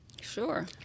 Sure